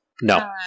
No